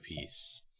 piece